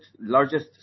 largest